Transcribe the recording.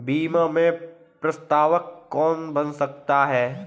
बीमा में प्रस्तावक कौन बन सकता है?